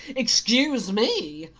excuse me!